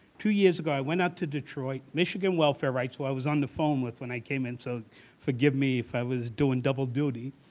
two years ago i went out to detroit, michigan welfare, right, so i was on the phone with when i came in, so forgive me if i was doing double duty.